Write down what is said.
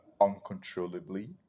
uncontrollably